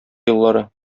еллары